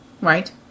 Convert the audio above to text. right